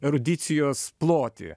erudicijos plotį